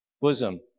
bosom